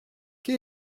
quel